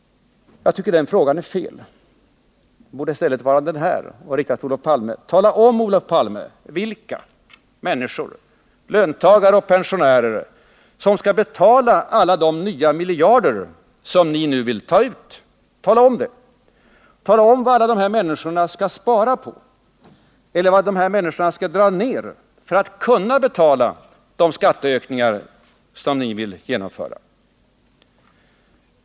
Jag tycker den frågan är felaktig. Det borde i stället vara denna fråga, som riktas till Olof Palme: Tala om, Olof Palme, vilka människor — löntagare och pensionärer — som skall betala alla de nya miljarder som ni nu vill ta ut! Tala om vad alla dessa människor skall spara på eller dra ner på för att kunna betala de skatteökningar som ni vill genomföra!